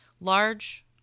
Large